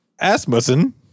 Asmussen